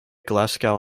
glasgow